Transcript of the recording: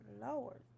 Lord